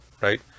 right